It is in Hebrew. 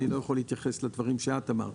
אני לא יכול להתייחס לדברים שאת אמרת,